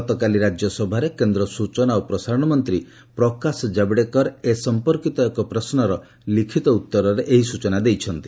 ଗତକାଲି ରାଜ୍ୟସଭାରେ କେନ୍ଦ୍ର ସୂଚନା ଓ ପ୍ରସାରଣ ମନ୍ତ୍ରୀ ପ୍ରକାଶ ଜାବଡ଼େକର ଏ ସଂପର୍କିତ ଏକ ପ୍ରଶ୍ନର ଲିଖିତ ଉତ୍ତରରେ ଏହି ସୂଚନା ଦେଇଛନ୍ତି